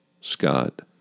Scott